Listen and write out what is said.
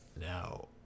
Now